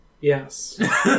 Yes